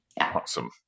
Awesome